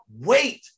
wait